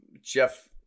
Jeff